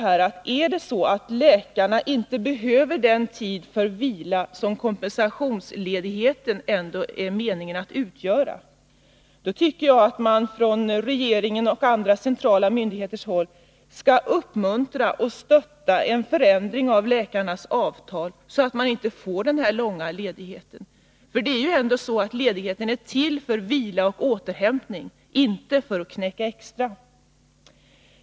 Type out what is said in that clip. Är det så att läkarna inte behöver den tid för vila som kompensationsledigheten är avsedd att utgöra . tycker jag att regeringen och andra centrala myndigheter skall uppmuntra och stötta en förändring i läkarnas avtal, så att de inte får denna långa ledighet. Ledigheten är ju till för vila och återhämtning, inte för att knäcka extra.